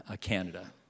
Canada